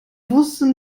wusste